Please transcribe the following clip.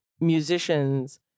musicians